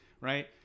Right